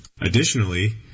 Additionally